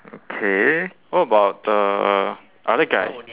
okay what about the other guy